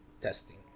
testing